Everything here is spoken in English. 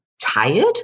tired